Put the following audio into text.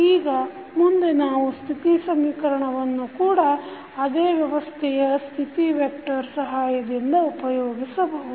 ಈಗ ಮುಂದೆ ನಾವು ಸ್ಥಿತಿ ಸಮೀಕರಣವನ್ನು ಕೂಡ ಅದೇ ವ್ಯವಸ್ಥೆಯ ಸ್ಥಿತಿ ವೆಕ್ಟರ್ ಸಹಾಯದಿಂದ ಉಪಯೋಗಿಸಬಹುದು